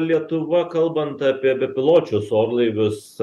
lietuva kalbant apie bepiločius orlaivius